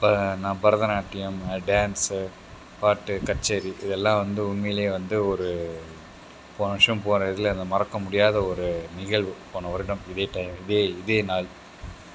Bharatanatyam dance பாட்டு கச்சேரி இதெல்லாம் வந்து உண்மையிலேயே வந்து ஒரு போன வர்ஷம் போன இதில் இது மறக்க முடியாத ஒரு நிகழ்வு போன வருடம் இதே டைம் இதே இதே நாள்